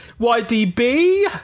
YDB